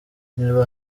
niba